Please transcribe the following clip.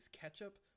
ketchup